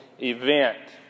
event